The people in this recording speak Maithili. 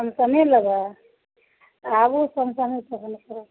समसंग लेबै तऽ आबू सेमसंगे पसन्द करब